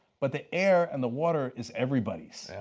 but the air and the water is everybody's,